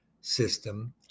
system